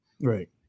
Right